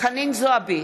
חנין זועבי,